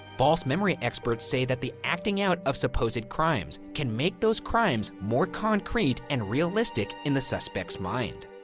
false memory experts say that the acting out of supposed crimes can make those crimes more concrete and realistic in the suspect's mind.